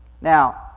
Now